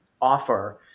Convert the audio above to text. offer